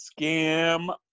scam